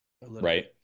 right